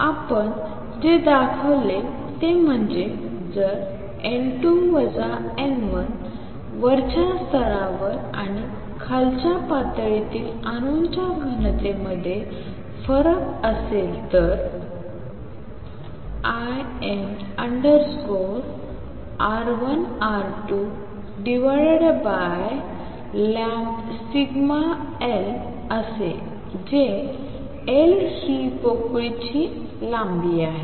आणि आपण जे दाखवले ते म्हणजे जर n2 n1 वरच्या स्तरावर आणि खालच्या पातळीतील अणूंच्या घनतेमध्ये फरक असेल तर ln√σL असेल जेथे L हि पोकळीची लांबी आहे